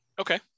Okay